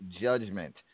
judgment